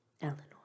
Eleanor